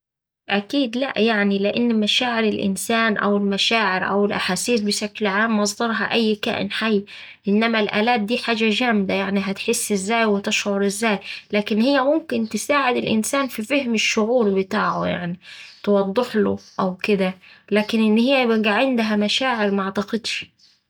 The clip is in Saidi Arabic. أكيد لأ يعني، لأن مشاعر الإنسان أو المشاعر أو الأحاسيس بسكل عام مصدرها أي كائن حي إنما الآلات دي حاجة جامدة يعني هتحس إزاي وتشعر إزاي لكن هيه ممكن تساعد الإنسان في فهم الشعور بتاعه يعني توضحله أو كدا لكن إن هي يبقا عندها مشاعر معتقدش